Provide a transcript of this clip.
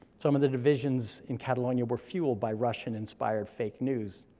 some of the divisions in catalonia were fueled by russian-inspired fake news.